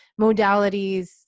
modalities